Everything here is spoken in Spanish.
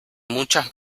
muchas